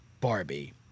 Barbie